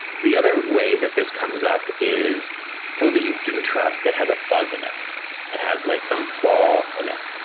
the other way that this comes up is code that you do trust that has a bug in it. it has like some flaw in it.